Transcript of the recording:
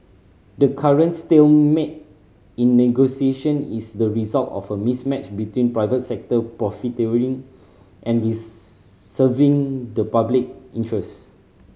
the current stalemate in negotiation is the result of a mismatch between private sector profiteering and serving the public interests